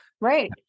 right